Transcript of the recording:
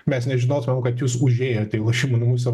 mes nežinotumėm kad jūs užėjote į lošimų namus ir